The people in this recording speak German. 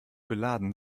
beladen